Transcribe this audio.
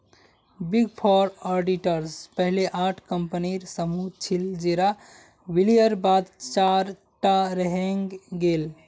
big four auditors पहले आठ कम्पनीर समूह छिल जेरा विलयर बाद चार टा रहेंग गेल